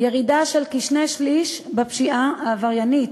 ירידה של כשני-שלישים בפשיעה העבריינית,